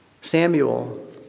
Samuel